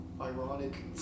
ironic